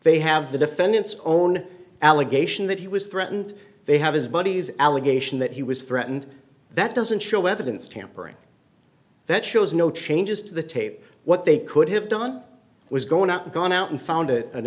they have the defendant's own allegation that he was threatened they have his buddy's allegation that he was threatened that doesn't show evidence tampering that shows no changes to the tape what they could have done was gone out gone out and found it an